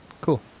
cool